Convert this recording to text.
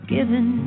Given